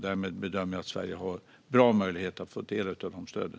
Därmed bedömer jag att Sverige har bra möjligheter att få del av stöden.